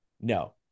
No